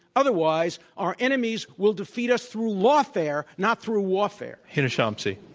otherwise our enemies will defeat us through law fare, not through warfare. hina shamsi.